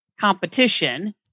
competition